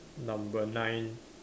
number nine